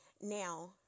Now